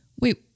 wait